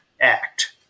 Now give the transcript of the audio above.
Act